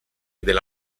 della